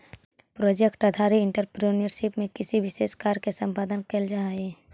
project आधारित entrepreneurship में किसी विशेष कार्य के संपादन कईल जाऽ हई